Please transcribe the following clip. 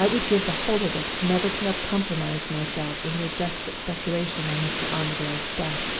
i would give the whole of it never to have compromised myself in your desperate speculation on mr. armadale's death